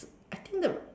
I think the